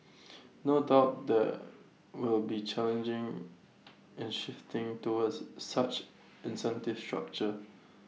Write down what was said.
no doubt there will be challenging in shifting towards such incentive structure